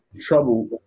Trouble